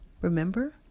Remember